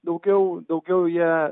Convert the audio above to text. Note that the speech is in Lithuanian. daugiau daugiau jie